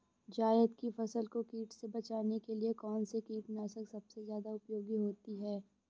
जायद की फसल को कीट से बचाने के लिए कौन से कीटनाशक सबसे ज्यादा उपयोगी होती है?